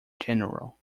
general